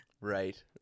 right